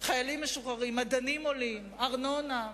חיילים משוחררים, מדענים עולים, ארנונה,